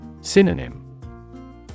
Synonym